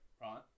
right